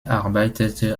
arbeitete